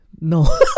No